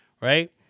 Right